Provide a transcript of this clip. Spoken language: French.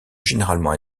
généralement